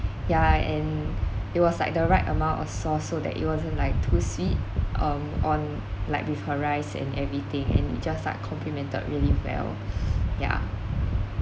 ya and it was like the right amount of sauce so that it wasn't like too sweet um on like with her rice and everything and it just like complemented really well yeah